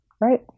Right